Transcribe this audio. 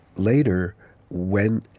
later when,